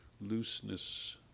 looseness